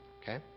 Okay